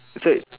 say